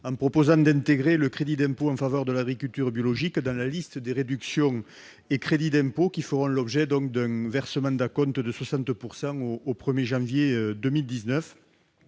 qui vise à intégrer le crédit d'impôt en faveur de l'agriculture biologique dans la liste des réductions et crédits d'impôt faisant l'objet du versement d'un acompte de 60 % au 1janvier 2019.